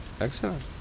Excellent